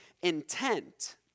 intent